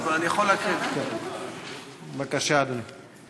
בבקשה, אדוני.